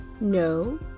no